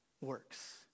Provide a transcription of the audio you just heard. works